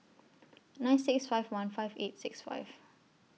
nine six five one five eight six five